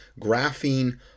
graphene